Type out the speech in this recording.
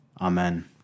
Amen